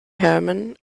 herman